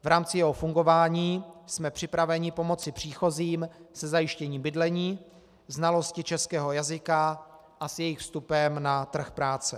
V rámci jeho fungování jsme připraveni pomoci příchozím se zajištěním bydlení, znalosti českého jazyka a s jejich vstupem na trh práce.